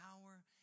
power